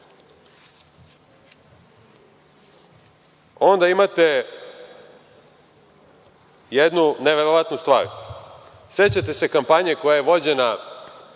imate jednu neverovatnu stvar. Sećate se kampanje koja je vođena